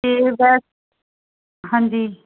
ਹਾਂਜੀ